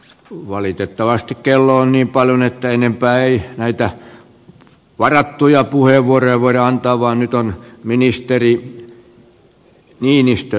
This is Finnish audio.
valitettavasti kello on niin paljon että enempää ei näitä varattuja puheenvuoroja voida antaa vaan nyt on ministeri niinistön vuoro